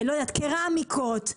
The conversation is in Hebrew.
קרמיקות?